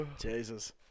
Jesus